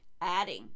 adding